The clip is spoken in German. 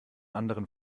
anderen